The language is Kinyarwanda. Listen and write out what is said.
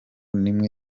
n’imwe